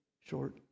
short